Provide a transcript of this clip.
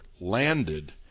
landed